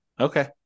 Okay